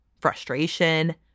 frustration